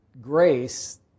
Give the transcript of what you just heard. grace